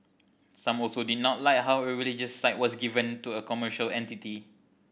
some also did not like how a religious site was given to a commercial entity